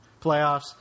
playoffs